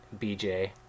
bj